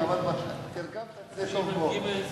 אבל תרגמת את זה טוב מאוד.